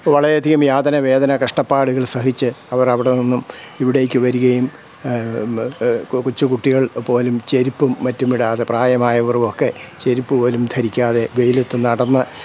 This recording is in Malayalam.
വളരെയധികം യാതന വേദന കഷ്ടപ്പാടുകൾ സഹിച്ച് അവർ അവിടെ നിന്നും ഇവിടേക്ക് വരികയും കൊച്ചുകുട്ടികൾ പോലും ചെരുപ്പും മറ്റുമിടാതെ പ്രായമായവരും ഒക്കെ ചെരിപ്പു പോലും ധരിക്കാതെ വെയിലത്തു നടന്ന്